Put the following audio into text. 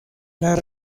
las